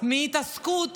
מהתעסקות